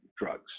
drugs